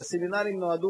והסמינרים נועדו,